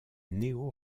néo